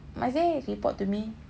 must they report to me